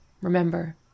Remember